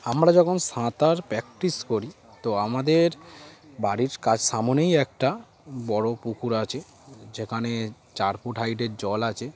আমরা যখন সাঁতার প্র্যাকটিস করি তো আমাদের বাড়ির কাছ সামনেই একটা বড় পুকুর আছে যেখানে চার ফুট হাইটের জল আছে